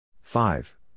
five